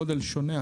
גודל שונה,